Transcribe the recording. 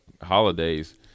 holidays